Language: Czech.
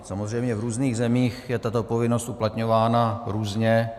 Samozřejmě v různých zemích je tato povinnost uplatňována různě.